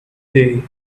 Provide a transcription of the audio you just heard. day